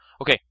Okay